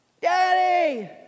Daddy